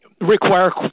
Require